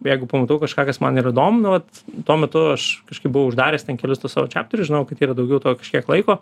jeigu pamatau kažką kas man yra įdomu nu vat tuo metu aš kažkaip buvau uždaręs ten kelis tuos savo čepterius žinojau kad yra daugiau to kažkiek laiko